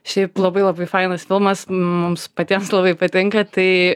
šiaip labai labai fainas filmas mums patiems labai patinka tai